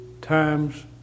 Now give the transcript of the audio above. times